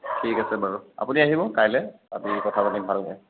ঠিক আছে বাৰু আপুনি আহিব কাইলৈ আমি কথা পাতিম ভালকৈ